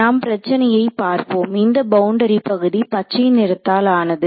நாம் பிரச்சனையை பார்ப்போம் இந்த பவுண்டரி பகுதி பச்சை நிறத்தால் ஆனது